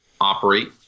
operate